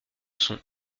son